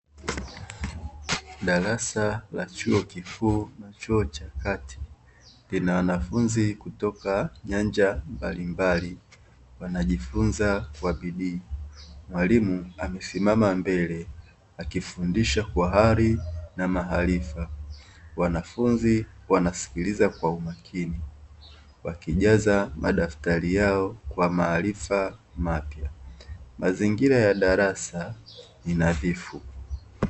Darasa la chuo kikuu na chuo cha kati lina wanafunzi kutoka nyanja mbalimbali wanajifunza kwa bidii, mwalimu amesimama mbele akifundisha kwa hali na maarifa; wanafunzi wanasikiliza kwa umakini wakijaza madaftari yao kwa maarifa mapya, mazingira ya darasa ni nadhifu.